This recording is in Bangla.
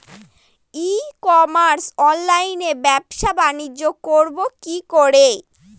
ই কমার্স অনলাইনে ব্যবসা বানিজ্য করব কি করে?